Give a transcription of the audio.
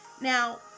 Now